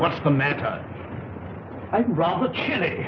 what's the matter i'd rather chilly